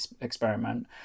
experiment